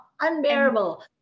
unbearable